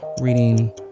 reading